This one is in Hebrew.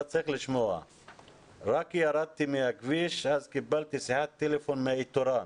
רק ירדתי מהכביש, קיבלתי שיחת טלפון מאיתוראן.